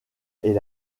est